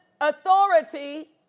authority